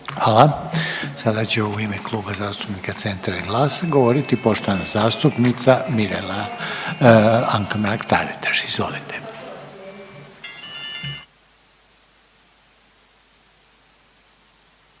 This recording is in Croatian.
Hvala. Sada će u ime Kluba zastupnika Centra i GLAS-a govoriti poštovana zastupnica Anka Mrak Taritaš. Izvolite.